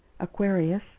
Aquarius